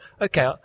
okay